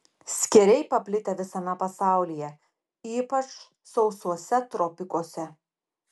skėriai paplitę visame pasaulyje ypač sausuose tropikuose